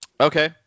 Okay